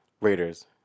Raiders